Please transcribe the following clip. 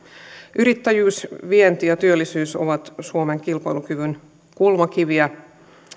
yrittäjyysvienti ja työllisyys ovat suomen kilpailukyvyn kulmakiviä